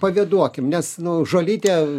pavėduokim nes nu žolytė